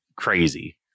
Crazy